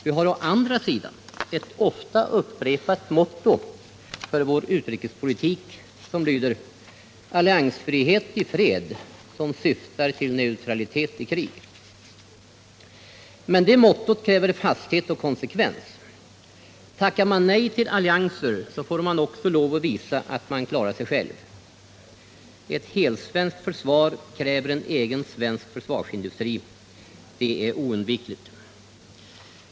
Vi har å andra sidan ett ofta upprepat motto för vår utrikespolitik — ”alliansfrihet i fred som syftar till neutralitet i krig”. Det mottot kräver fasthet och konsekvens. Tackar man nej till allianser får man också lov att visa att man kan klara sig själv. Ett helsvenskt försvar kräver en egen svensk försvarsindustri — det är oundvikligt!